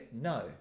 no